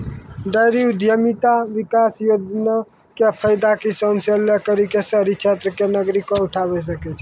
dairy उद्यमिता विकास योजना के फायदा किसान से लै करि क शहरी क्षेत्र के नागरिकें उठावै सकै छै